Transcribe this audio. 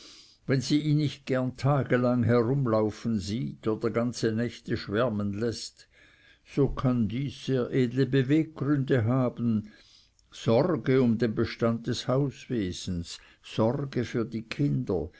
wenn sie ihn nicht gern tagelang herumlaufen sieht oder ganze nächte schwärmen läßt so kann dieses sehr edle beweggründe haben sorge um den bestand des hauswesens sorge für die kinder